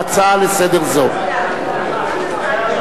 להצעה לסדר-יום זו.